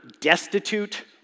destitute